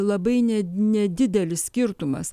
labai ne nedidelis skirtumas